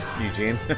Eugene